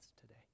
today